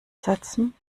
setzen